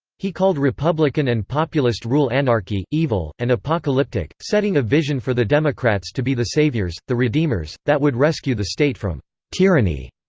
he called republican and populist rule anarchy, evil, and apocalyptic, setting a vision for the democrats to be the saviors the redeemers that would rescue the state from tyranny.